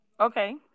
Okay